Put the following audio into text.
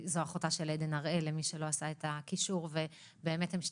זו אחותה של עדן הראל, למי שלא עשה את הקישור.